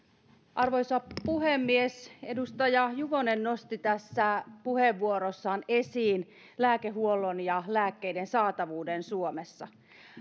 arvoisa puhemies edustaja juvonen nosti tässä puheenvuorossaan esiin lääkehuollon ja lääkkeiden saatavuuden suomessa